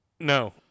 No